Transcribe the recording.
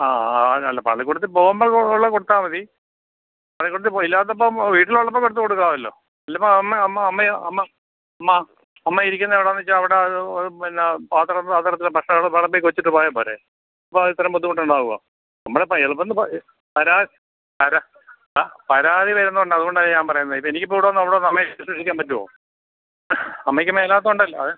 അ ആ അതാ നല്ലത് പള്ളിക്കൂടത്തിൽ പോവുമ്പം ഉള്ളത് കൊടുത്താൽ മതി പള്ളിക്കൂടത്തിൽപ്പോയി ഇല്ലാത്തപ്പം വീട്ടിലുള്ളപ്പം എടുത്ത് കൊടുക്കാമല്ലോ അല്ലേൽ ഇപ്പം അമ്മ അമ്മ അമ്മയൊ അമ്മ അമ്മയിരിക്കുന്നെവിടെയെന്ന് വെച്ചാൽ അവിടെ പിന്നെ പാത്രം പാത്രത്തില് ഭഷണമൊക്കെ വിളമ്പിയൊക്കെ വെച്ചിട്ട് പോയാൽപ്പോരെ അപ്പം ഇത്ര ബുദ്ധിമുട്ടുണ്ടാവുമോ നമ്മളിപ്പം എളുപ്പമെന്ന് പരാതി വരുന്നുണ്ട് അതുകൊണ്ടാ ഞാൻ പറേയുന്നത് എനിക്കിപ്പം അവിടുന്നിവിടെ വന്ന് അമ്മയുടെയിഷ്ടത്തിനു നിൽക്കാൻ പറ്റുമോ അമ്മയ്ക്ക് മേലാത്തതുകൊണ്ടല്ലേ അതെ